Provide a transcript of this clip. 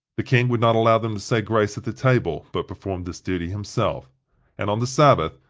the king would not allow them to say grace at the table, but performed this duty himself and on the sabbath,